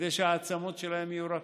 כדי שהעצמות שלהם יהיו רכות.